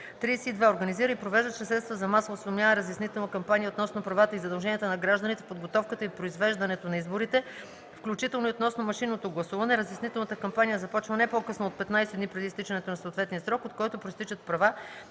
32. организира и провежда чрез средствата за масово осведомяване разяснителна кампания относно правата и задълженията на гражданите в подготовката и произвеждането на изборите, включително и относно машинното гласуване; разяснителната кампания започва не по-късно от 15 дни преди изтичането на съответния срок, от който произтичат права